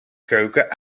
keuken